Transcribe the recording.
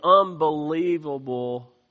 unbelievable